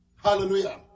Hallelujah